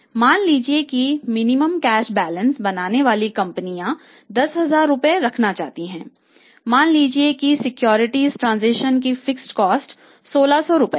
मान लीजिए कि मिनिमम कैश बैलेंस10 प्रति वर्ष है